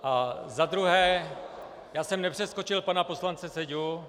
A za druhé, já jsem nepřeskočil pana poslance Seďu.